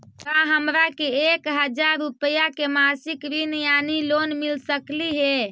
का हमरा के एक हजार रुपया के मासिक ऋण यानी लोन मिल सकली हे?